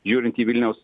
žiūrint į vilniaus